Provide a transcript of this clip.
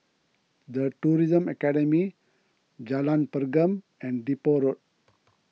the Tourism Academy Jalan Pergam and Depot Road